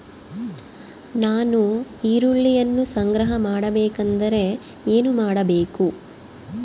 ನಾನು ಈರುಳ್ಳಿಯನ್ನು ಸಂಗ್ರಹ ಮಾಡಬೇಕೆಂದರೆ ಏನು ಮಾಡಬೇಕು?